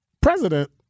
president